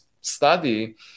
study